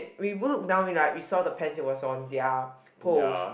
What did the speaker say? we look down we like we saw the pants it was on their poles